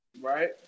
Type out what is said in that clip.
Right